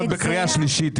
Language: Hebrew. את בקריאה שלישית.